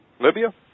Libya